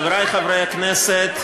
חברי חברי הכנסת,